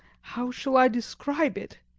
how shall i describe it?